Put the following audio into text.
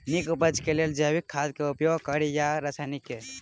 नीक उपज केँ लेल जैविक खाद केँ उपयोग कड़ी या रासायनिक केँ?